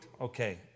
okay